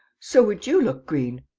so would you look green.